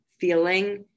feeling